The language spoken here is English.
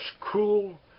cruel